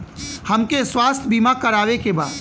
हमके स्वास्थ्य बीमा करावे के बा?